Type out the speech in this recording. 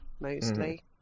mostly